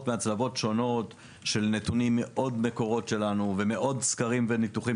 מהצלבות שונות של נתונים ממקורות נוספים שלנו וסקרים וניתוחים